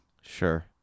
Sure